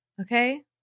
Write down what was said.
Okay